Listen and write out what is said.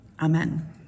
Amen